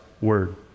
word